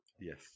Yes